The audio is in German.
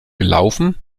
gelaufen